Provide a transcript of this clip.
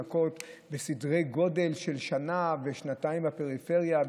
לחכות לאבחנות סדרי גודל של שנה ושנתיים בפריפריה,